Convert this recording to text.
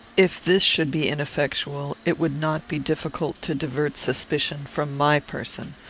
if this should be ineffectual, it would not be difficult to divert suspicion from my person.